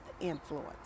influence